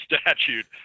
statute